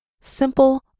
Simple